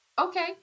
okay